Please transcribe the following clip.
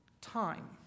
time